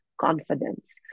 confidence